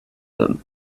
them